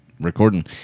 recording